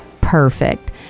perfect